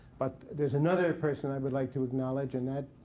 but there's another person i would like to acknowledge, and that